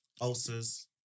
ulcers